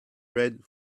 read